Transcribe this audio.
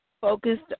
focused